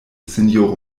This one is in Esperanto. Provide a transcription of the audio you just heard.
sinjoro